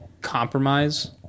compromise